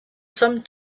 some